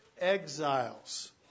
exiles